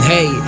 Hey